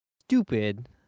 stupid